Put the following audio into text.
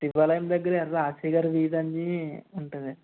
శివాలయం దగ్గర యెర్ర ఆర్సిగారి వీడని ఉంటుంది